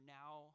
now